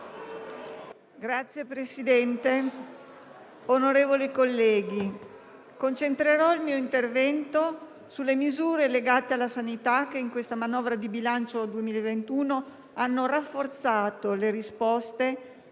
Signor Presidente, onorevoli colleghi, concentrerò il mio intervento sulle misure legate alla sanità che in questa manovra di bilancio 2021 hanno rafforzato le risposte